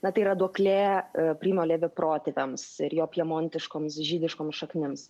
na tai yra duoklė primo levi protėviams ir jo pjemontiškoms žydiškoms šaknims